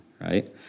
right